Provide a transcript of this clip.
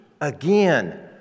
Again